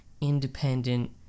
independent